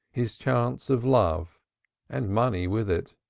his chance of love and money with it.